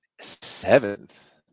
seventh